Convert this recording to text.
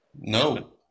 No